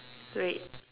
great